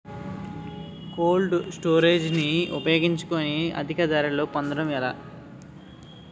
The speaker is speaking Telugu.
కోల్డ్ స్టోరేజ్ ని ఉపయోగించుకొని అధిక ధరలు పొందడం ఎలా?